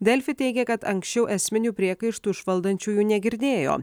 delfi teigė kad anksčiau esminių priekaištų iš valdančiųjų negirdėjo